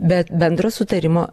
bet bendro sutarimo